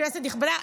כנסת נכבדה,